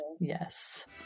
Yes